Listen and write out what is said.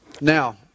Now